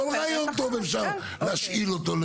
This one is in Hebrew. תכנונית כל רעיון טוב אפשר להשאיל אותו.